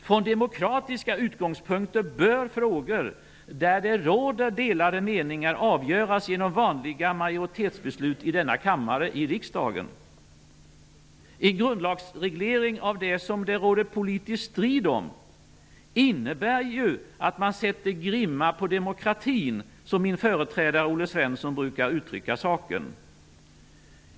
Från demokratiska utgångspunkter bör frågor där det råder delade meningar avgöras genom vanliga majoritetsbeslut i riksdagen. En grundlagsreglering av det som det råder politisk strid om innebär ju att man sätter ''grimma på demokratin'', som min företrädare Olle Svensson brukar uttrycka saken.